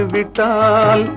Vital